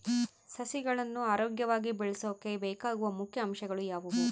ಸಸಿಗಳನ್ನು ಆರೋಗ್ಯವಾಗಿ ಬೆಳಸೊಕೆ ಬೇಕಾಗುವ ಮುಖ್ಯ ಅಂಶಗಳು ಯಾವವು?